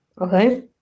Okay